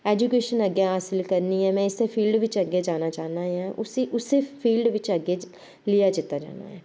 education अग्गें हासल करनी ऐ में इस्सै फील्ड बिच्च अग्गें जाना चाह्नां ऐं उस्सी उस्सै फील्ड बिच्च अग्गें लिया जिता जाना ऐ